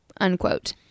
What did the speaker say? unquote